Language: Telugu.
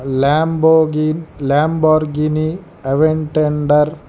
ల్యాంబోగిన్ ల్యాంబోర్గీనీ అవెంటెండర్